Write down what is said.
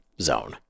zone